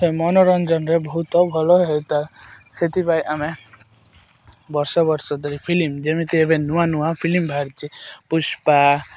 ମନୋରଞ୍ଜନରେ ବହୁତ ଭଲ ହେଇଥାଏ ସେଥିପାଇଁ ଆମେ ବର୍ଷ ବର୍ଷ ଧରି ଫିଲ୍ମ ଯେମିତି ଏବେ ନୂଆ ନୂଆ ଫିଲ୍ମ ବାହାରିଛି ପୁଷ୍ପା